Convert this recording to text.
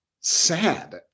sad